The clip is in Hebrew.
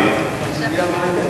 4137. מה, עכשיו אני?